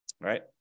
right